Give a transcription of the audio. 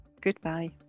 Goodbye